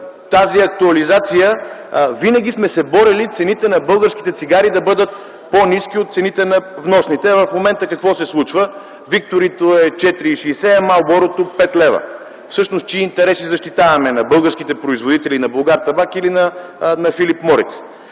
тази актуализация винаги сме се борили цените на българските цигари да бъдат по-ниски от цените на вносните. А в момента какво се случва? „Виктори” е 4,60 лв., а „Марлборо” – 5 лв. Всъщност чии интереси защитаваме - на българските производители, на „Булгартабак” или на „Филип Мориц”?